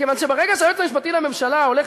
כי ברגע שהיועץ המשפטי לממשלה הולך